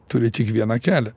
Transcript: turi tik vieną kelią